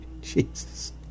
Jesus